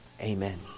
Amen